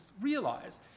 realize